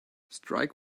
strike